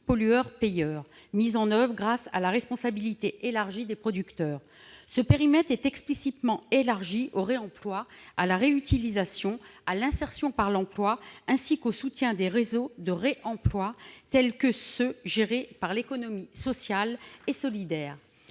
pollueur-payeur mis en oeuvre grâce à la responsabilité élargie des producteurs. Ce périmètre est explicitement élargi au réemploi, à la réutilisation, à l'insertion par l'emploi ainsi qu'au soutien des réseaux de réemploi tels que ceux gérés par l'économie sociale et solidaire.